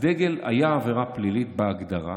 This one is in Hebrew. היה עבירה פלילית בהגדרה